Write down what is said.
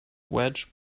wedge